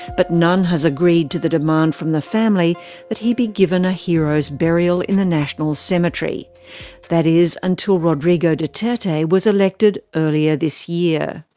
but none has agreed to the demand from the family that he be given a hero's burial in the national cemetery that is, until rodrigo duterte was elected earlier this year.